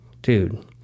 dude